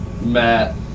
Matt